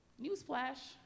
Newsflash